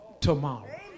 tomorrow